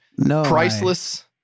priceless